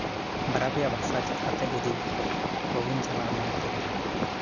ᱵᱟᱨᱭᱟ ᱯᱮᱭᱟ ᱵᱷᱟᱥᱟ ᱪᱮᱫ ᱠᱟᱛᱮᱫ ᱟᱵᱚ ᱡᱩᱫᱤ ᱵᱟᱵᱚᱱ ᱪᱟᱞᱟᱜᱼᱟ ᱢᱮᱱᱛᱮ